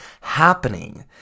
happening